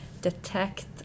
detect